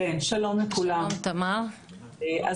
אז